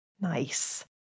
Nice